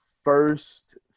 first